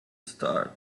star